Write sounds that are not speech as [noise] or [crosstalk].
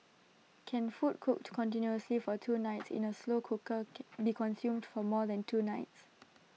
can food cooked continuously for two nights in A slow cooker [noise] be consumed for more than two nights